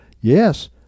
Yes